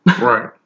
Right